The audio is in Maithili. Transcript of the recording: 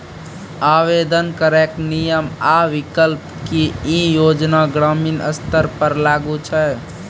आवेदन करैक नियम आ विकल्प? की ई योजना ग्रामीण स्तर पर लागू छै?